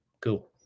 Cool